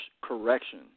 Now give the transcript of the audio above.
correction